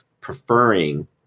preferring